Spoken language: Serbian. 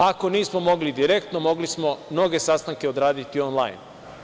Ako nismo mogli direktno, mogli smo mnoge sastanke odraditi onlajn.